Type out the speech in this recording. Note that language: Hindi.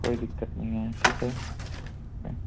कोई दिक्कत नई है ठीक है मैम